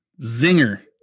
zinger